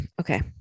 okay